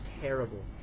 terrible